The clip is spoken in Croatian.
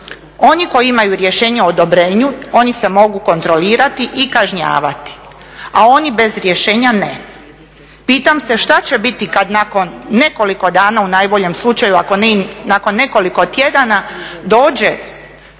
Oni koji imaju rješenje o odobrenju oni se mogu kontrolirati i kažnjavati, a oni bez rješenja ne. Pitam se šta će biti kad nakon nekoliko dana u najboljem slučaju ako ne i nakon nekoliko tjedana dođe